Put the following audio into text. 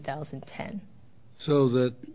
thousand and ten so that